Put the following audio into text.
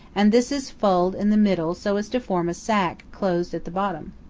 and this is fulled in the middle so as to form a sack closed at the bottom.